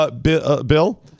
Bill